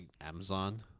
amazon